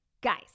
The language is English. guys